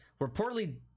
reportedly